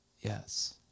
yes